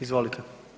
Izvolite.